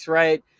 right